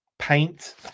Paint